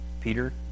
Peter